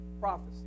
prophecy